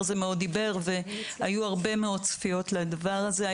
זה מאוד דיבר והיו הרבה מאוד צפיות לדבר הזה.